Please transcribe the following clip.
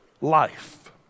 life